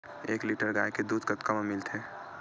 एक लीटर गाय के दुध कतका म मिलथे?